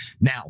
Now